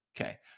Okay